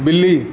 ਬਿੱਲੀ